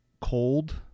cold